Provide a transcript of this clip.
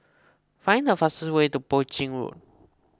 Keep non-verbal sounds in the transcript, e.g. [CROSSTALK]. find the fastest way to Poi Ching [UNINTELLIGIBLE]